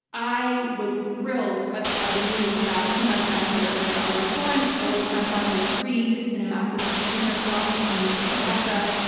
i was thrilled ah by the news that two months after my daughter was born, oleg sentsov was freed in a massive prisoner swap between ukraine and russia.